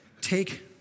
take